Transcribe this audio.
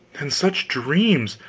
and such dreams!